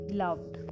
loved